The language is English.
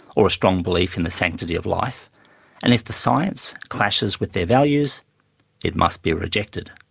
or a strong belief in the sanctity of life and if the science clashes with their values it must be rejected.